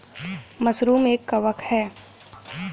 mushroom एक कवक है